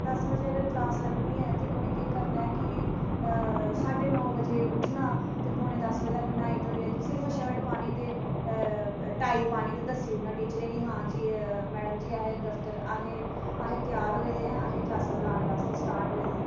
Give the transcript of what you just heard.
दस बजे अगर क्लास लग्गनी ऐ ते उ'नें केह् करना ऐ कि साड्ढे नौ बजे उट्ठना ते पौने दस बजे तक न्हाई धोइयै ते सिर्फ शर्ट पानी ते टाई पानी ते दस्सी ओड़ना टीचरें गी कि हां जी मैडम जी अहें दफतर अहें अहें त्यार होए दे आं अहें क्लासां लाने बास्तै स्टार्ट होए दे न